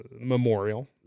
Memorial